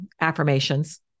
affirmations